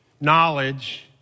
Knowledge